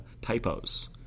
typos